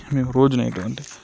మేము రోజు నైట్ అంటే